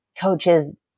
coaches